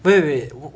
wait wait